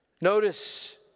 Notice